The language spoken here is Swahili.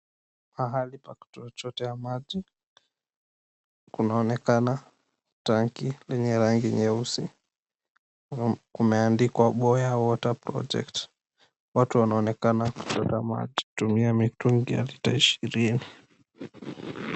Pahali pa kuchotea maji, kunaonekana tanki lenye rangi nyeusi na kumeandikwa, Boya Water Project. Watu wanaonekana kuchota maji kutumia mitungi ya lita ishirini.